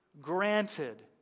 granted